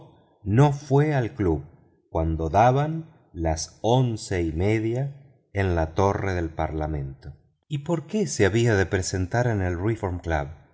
no fue al club cuando daban las once y media en la torre del parlamento y por qué se había de presentar en el